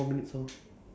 go out smoke